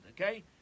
okay